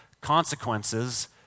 consequences